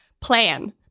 Plan